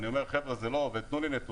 אני אומר: חבר'ה, זה לא עובד, תנו לי נתונים.